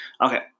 Okay